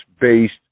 based